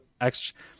extra